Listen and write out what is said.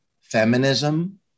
feminism